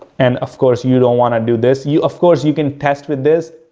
and of course, you don't want to do this. you, of course, you can test with this,